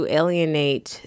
alienate